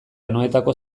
anoetako